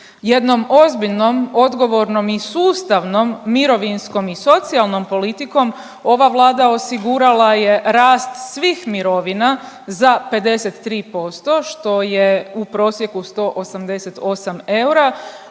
Jednom ozbiljnom, odgovornom i sustavnom mirovinskom i socijalnom politikom ova Vlada osigurala je rast svih mirovina za 53% što je u prosjeku 188 eura,